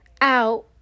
out